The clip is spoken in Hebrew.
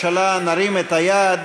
התרבות והספורט להכנתה לקריאה ראשונה.